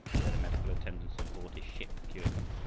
where the medical attendants on board his ship cured him.